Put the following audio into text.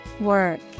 Work